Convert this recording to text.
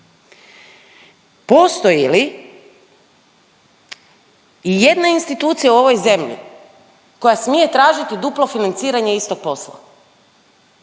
Postoji li i jedna institucija u ovoj zemlji koja smije tražiti duplo financiranje istog posla?